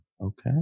Okay